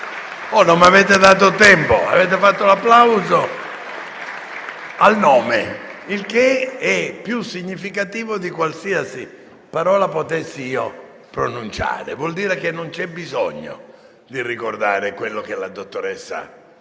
di finire la frase che avete fatto l'applauso al nome, il che è più significativo di qualsiasi parola potessi pronunciare. Vuol dire che non c'è bisogno di ricordare quello che la dottoressa